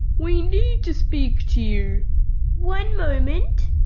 we need to speak to you one moment.